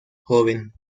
joven